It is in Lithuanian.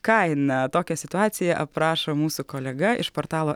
kaina tokią situaciją aprašo mūsų kolega iš portalo